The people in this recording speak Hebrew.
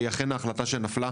היא אכן ההחלטה שנפלה,